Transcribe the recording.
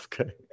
Okay